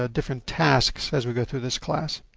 ah different tasks as we go through this class.